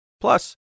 Plus